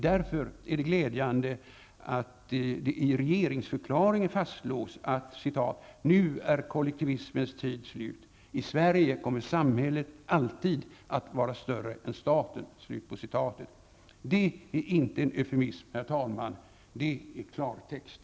Därför är det glädjande att det i regeringsförklaringen fastslås att ''nu är kollektivismens tid slut. I vårt Sverige kommer samhället alltid att vara större än staten.'' Det är inte en eufemism, herr talman! Det är klartext!